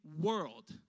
World